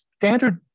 standard